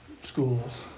schools